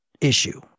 issue